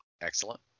Excellent